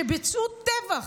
שביצעו טבח,